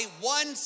one